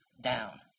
down